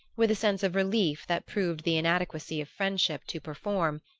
with a sense of relief that proved the inadequacy of friendship to perform,